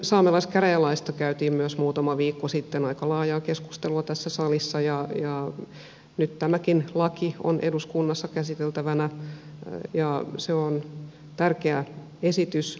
saamelaiskäräjälaista käytiin myös muutama viikko sitten aika laajaa keskustelua tässä salissa ja nyt tämäkin laki on eduskunnassa käsiteltävänä ja se on tärkeä esitys